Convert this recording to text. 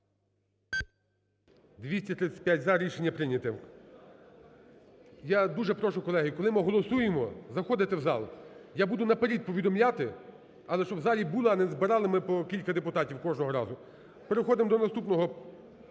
235 – за. Рішення прийняте. Я дуже прошу, колеги, коли ми голосуємо заходити в зал, я буду наперід повідомляти, але, щоб в залі була, а не збирали ми по кілька депутатів кожного разу. Переходимо до наступного